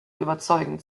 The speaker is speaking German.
überzeugend